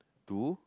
two